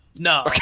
No